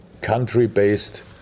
country-based